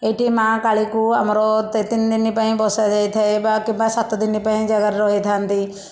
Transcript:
ଏଇଠି ମା' କାଳୀଙ୍କୁ ଆମର ତି ତିନିଦିନ ପାଇଁ ବସାଯାଇଥାଏ ବା କିମ୍ବା ସାତଦିନ ପାଇଁ ଉଜାଗର ରହିଥାନ୍ତି